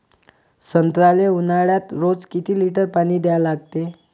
संत्र्याले ऊन्हाळ्यात रोज किती लीटर पानी द्या लागते?